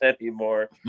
anymore